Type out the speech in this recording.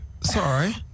Sorry